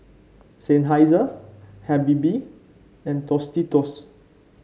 Seinheiser Habibie and Tostitos